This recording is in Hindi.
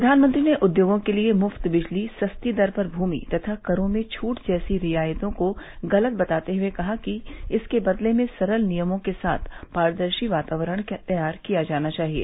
प्रधानमंत्री ने उद्योगों के लिए मुफ्त बिजली सस्ती दर पर भूमि तथा करो में छूट जैसी रियायतों को गलत बताते हुए कहा कि इसके बदले में सरल नियमों के साथ पारदर्शी वातावरण तैयार किया जाना चाहिए